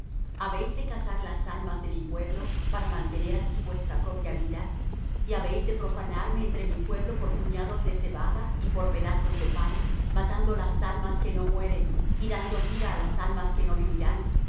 habéis de cazar las almas de mi pueblo para mantener así vuestra propia vida y habéis de profanarme entre mi pueblo por puñados de cebada y por pedazos de pan matando las almas que no mueren y dando vida á las almas que no vivirán